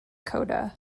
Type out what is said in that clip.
coda